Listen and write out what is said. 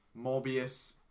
morbius